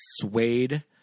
suede